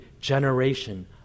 generation